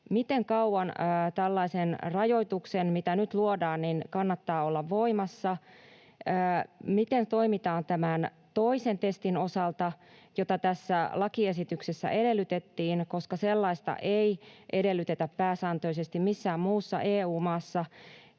miten kauan tällaisen rajoituksen, mitä nyt luodaan, kannattaa olla voimassa; miten toimitaan tämän toisen testin osalta, jota tässä lakiesityksessä edellytettiin, koska sellaista ei edellytetä pääsääntöisesti missään muussa EU-maassa;